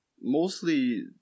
...mostly